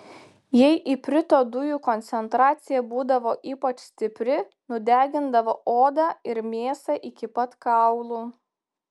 jei iprito dujų koncentracija būdavo ypač stipri nudegindavo odą ir mėsą iki pat kaulų